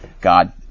God